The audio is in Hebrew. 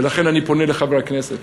ולכן אני פונה לחברי הכנסת,